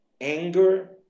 anger